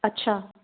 अच्छा